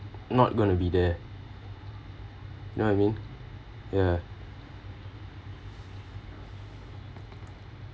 not going to be there you know I mean ya